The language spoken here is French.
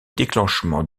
déclenchement